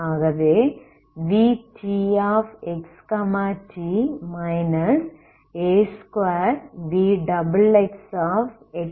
ஆகவே vtxt 2vxxxt0